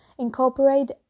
incorporate